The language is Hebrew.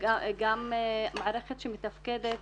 גם מערכת שמתפקדת